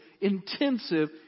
intensive